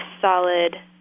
solid